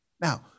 Now